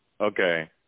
Okay